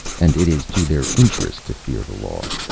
and it is to their interest to fear the law.